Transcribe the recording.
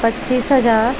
पच्चीस हज़ार